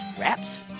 wraps